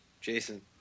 Jason